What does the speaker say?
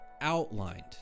outlined